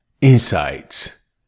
insights